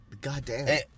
Goddamn